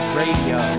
radio